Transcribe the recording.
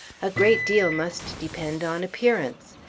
a great deal must depend on appearance.